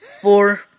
four